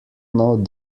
know